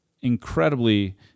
incredibly